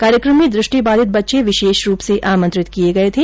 कार्यक्रम में दृष्टिबाधित बच्चे विशेष रूप से आमंत्रित किये गये थे